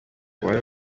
uwari